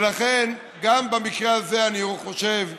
ולכן, גם במקרה הזה אני חושב שהדיון,